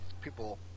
people